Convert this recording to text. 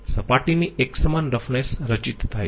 તેથી સપાટીની એકસમાન રફનેસ રચિત થાય છે